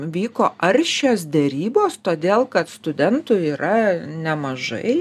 vyko aršios derybos todėl kad studentų yra nemažai